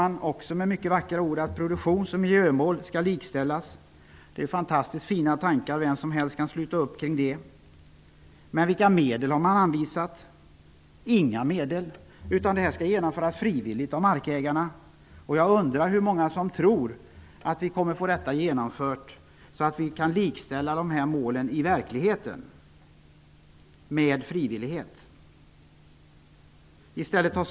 Man sade med mycket vackra ord att produktions och miljömål skall likställas. Det är fantastiskt fina tankar. Vem som helst kan sluta upp kring detta. Vilka medel har man då anvisat? Man har faktiskt inte anvisat några medel. Det här skall genomföras frivilligt av markägarna. Jag undrar hur många som tror att detta på frivillig väg kommer att genomföras så att vi i verkligheten kan likställa dessa båda mål.